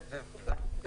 כן, בוודאי.